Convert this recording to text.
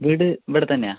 വീട് ഇവിടെ തന്നെയാണ്